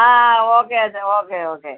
ആ ഓക്കെ എന്നാൽ okay okay